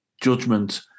judgment